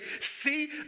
see